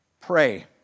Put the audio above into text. Pray